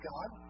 God